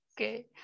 Okay